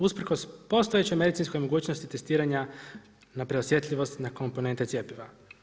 Usprkos postojećem medicinskoj mogućnosti testiranja na preosjetljivost na komponente cjepiva.